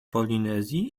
polinezji